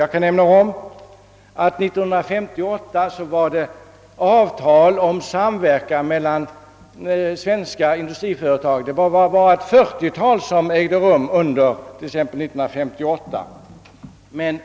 Jag kan erinra om att det år 1958 endast förelåg ett 40-tal avtal om samverkan mellan svenska industriföretag.